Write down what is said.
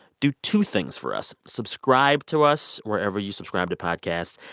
do two things for us. subscribe to us wherever you subscribe to podcasts,